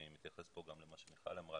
אני מתייחס כאן למה שמיכל אמרה,